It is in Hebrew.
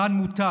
"כאן מותר"